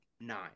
nine